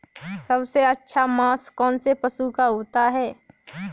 सबसे अच्छा मांस कौनसे पशु का होता है?